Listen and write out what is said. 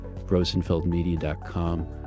RosenfeldMedia.com